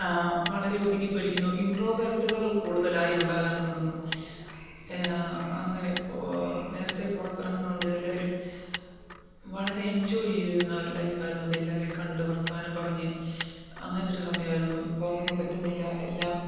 വളരെ ഒതുങ്ങി പോയിരിക്കുന്നു ഇൻട്രോവേർട്ടുകൾ കൂടുതലായി ഉണ്ടാകാൻ തുടങ്ങുന്നു അങ്ങനെ ഇപ്പോൾ നേരത്തെ പുറത്ത് ഇറങ്ങുന്നു ണ്ട് എല്ലാരും വളരെ എൻജോയ് ചെയ്തിരുന്ന ഒരു ലൈഫ് ആയിരുന്നത് എല്ലാവരെയും കണ്ട് വർത്തമാനം പറഞ്ഞ് അങ്ങനെ ഒരു സമയമായിരുന്നു ഇപ്പോൾ അങ്ങനെ പറ്റുന്നില്ല എല്ലാം